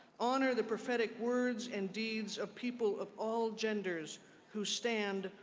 honor the prophetic words and deeds of people of all genders who stand,